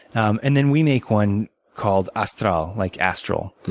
um and then, we make one called astral like astral,